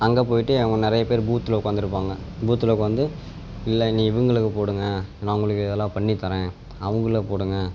அங்கேப் போயிட்டு அங்கே நிறைய பேரு பூத்தில் உட்காந்துருப்பாங்க பூத்தில் உட்காந்து இல்லைநீ இவங்களுக்கு போடுங்கள் நான் உங்களுக்கு இதெல்லாம் பண்ணித் தரறேன் அவங்க இதில் போடுங்கள்